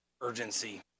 urgency